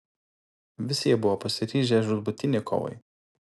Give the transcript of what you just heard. visi jie buvo pasiryžę žūtbūtinei kovai